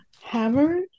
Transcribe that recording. hammered